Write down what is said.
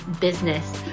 business